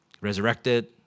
resurrected